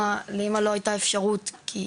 לאמא לא הייתה אפשרות לעבוד,